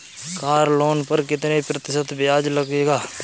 Car loan पर कितने प्रतिशत ब्याज लगेगा?